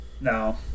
No